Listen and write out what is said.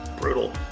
brutal